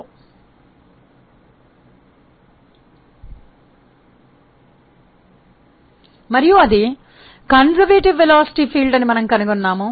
page 4 అది సంప్రదాయవాద వేగ క్షేత్రమని మనము కనుగొన్నాము